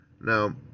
Now